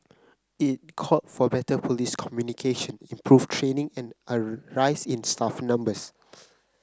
it called for better police communication improved training and a rise in staff numbers